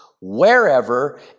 wherever